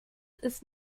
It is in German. ist